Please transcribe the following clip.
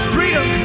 Freedom